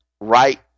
right